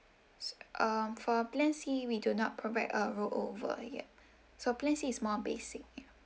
um for plan C we do not provide uh rollover so plan C is more basic